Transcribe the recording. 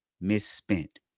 misspent